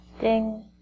Ding